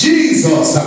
Jesus